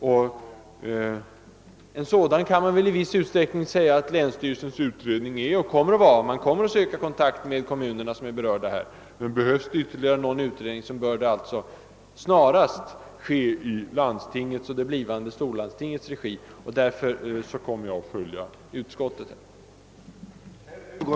Länsstyrelsens utredning kan i viss mån sägas vara en sådan utredning; den kommer att söka kontakt med de kom muner som är berörda. Men om det behövs någon ytterligare utredning bör denna, som sagt, snarast ske i landstingets eller det blivande storlandstingets regi. Jag kommer därför i denna fråga att följa utskottsmajoritetens förslag.